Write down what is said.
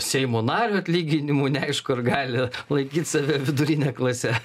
seimo nario atlyginimu neaišku ar gali laikyt save vidurine klase